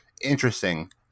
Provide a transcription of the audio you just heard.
interesting